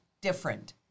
different